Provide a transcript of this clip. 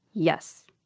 yes.